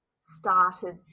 started